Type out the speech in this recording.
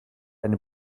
eine